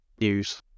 news